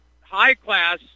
high-class